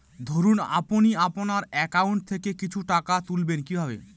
ধরুন আপনি আপনার একাউন্ট থেকে কিছু টাকা তুলবেন কিভাবে?